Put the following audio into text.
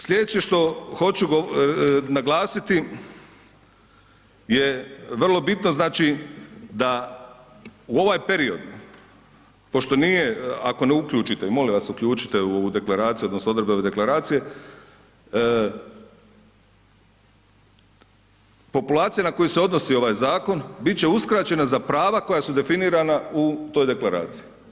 Slijedeće što hoću naglasiti, je vrlo bitno znači da u ovaj period pošto nije, ako ne uključite, molim vas uključite u deklaraciju odnosno odredbe ove deklaracije, populacija na koju se odnosi ovaj zakon bit će uskraćena za prava koja su definirana u toj deklaraciji.